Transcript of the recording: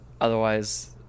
Otherwise